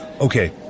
Okay